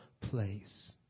place